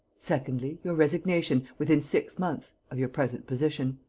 secondly, your resignation, within six months, of your present position.